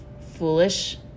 foolish